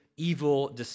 evil